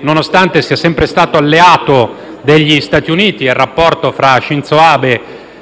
Nonostante quindi sia sempre stato alleato degli Stati Uniti (il rapporto fra Shinzo Abe